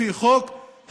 לפי חוק,